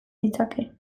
ditzake